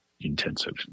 intensive